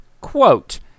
Quote